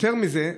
יותר מזה,